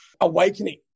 awakening